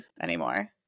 anymore